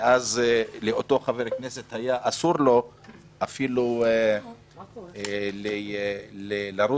ואז לאותו חבר כנסת אסור היה אפילו לרוץ